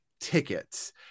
tickets